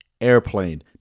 Airplane